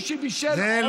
הוא שבישל, לעולמים.